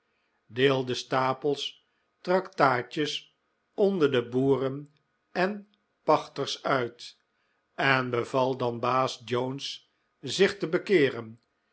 decide stapels tractaatjes onder de boeren en pachters uit en beval dan baas jones zich te bekeeren